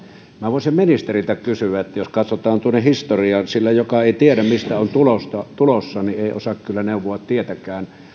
minä voisin ministeriltä kysyä jos katsotaan tuonne historiaan sillä joka ei tiedä mistä on tulossa ei osaa kyllä neuvoa tietäkään